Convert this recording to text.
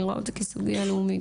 אני רואה את זה כסוגיה לאומית,